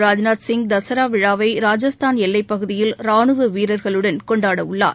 ராஜ்நாத் சிங் தசரா விழாவை ராஜஸ்தான் எல்லைப் பகுதியில் ரானுவ வீரர்களுடன் கொண்டாட உள்ளார்